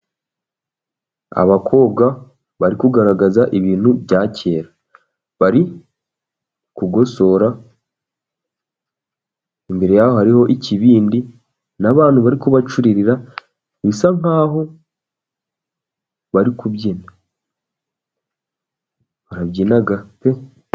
Abakobwa bari kugaragaza ibintu bya kera, bari kugosora, imbere yaho hariho ikibindi n'abantu bari kubacuririra, bisa nkaho bari kubyina, barabyina pe.